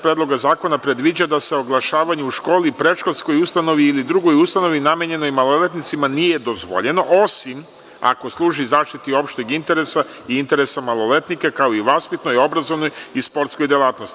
Predloga zakona predviđa da oglašavanje u školi, predškolskoj ustanovi ili drugoj ustanovi namenjenoj maloletnicima nije dozvoljeno, osim ako služi zaštiti opšteg interesa i interesa maloletnika, kao i vaspitnoj, obrazovnoj i sportskoj delatnosti.